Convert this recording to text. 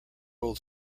old